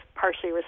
partially